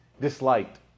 disliked